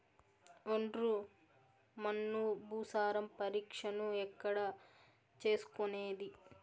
ఒండ్రు మన్ను భూసారం పరీక్షను ఎక్కడ చేసుకునేది?